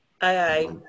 Aye